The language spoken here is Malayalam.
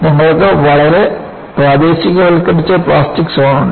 നിങ്ങൾക്ക് വളരെ പ്രാദേശികവൽക്കരിച്ച പ്ലാസ്റ്റിക് സോൺ ഉണ്ട്